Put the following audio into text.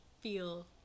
feel